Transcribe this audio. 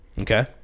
Okay